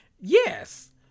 Yes